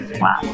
Wow